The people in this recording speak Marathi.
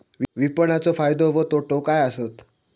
विपणाचो फायदो व तोटो काय आसत?